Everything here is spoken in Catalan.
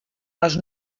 les